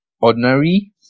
ordinary